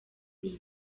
vivo